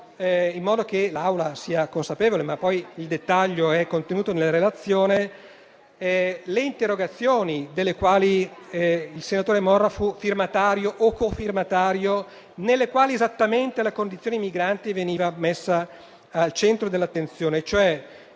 in modo che l'Assemblea ne sia consapevole, ma il dettaglio è contenuto nella relazione - le interrogazioni delle quali il senatore Morra fu firmatario o cofirmatario, nelle quali esattamente la condizione dei migranti veniva messa al centro dell'attenzione: